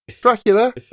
Dracula